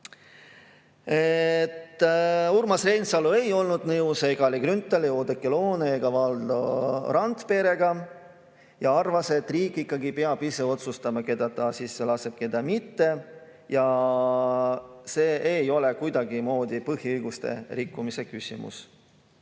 Urmas Reinsalu ei olnud nõus ei Kalle Grünthali, Oudekki Loone ega Valdo Randperega. Ta arvas, et riik peab ikkagi ise otsustama, keda ta sisse laseb ja keda mitte ning see ei ole kuidagimoodi põhiõiguste rikkumise küsimus.